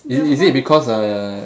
is it is it because I uh